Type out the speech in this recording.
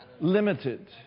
Limited